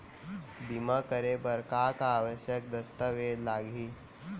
बीमा करे बर का का आवश्यक दस्तावेज लागही